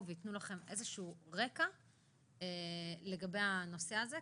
וייתנו לכם איזשהו רקע לגבי הנושא הזה.